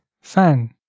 fan